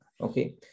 okay